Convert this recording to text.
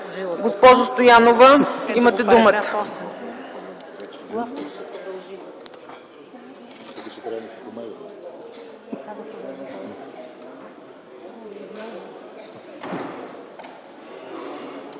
Господин Стойнев, имате думата.